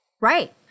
Right